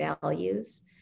values